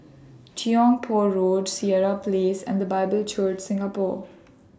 Tiong Poh Road Sireh Place and The Bible Church Singapore